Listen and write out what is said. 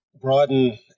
broaden